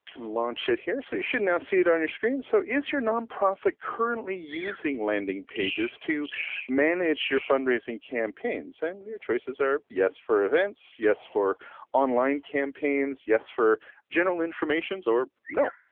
launch it here. so you should now see it on your screen. so is your nonprofit currently using landing pages to manage your fundraising campaigns and your choices are, yes, for events. yes for online campaigns. yes for general informations or no.